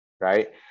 right